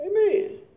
Amen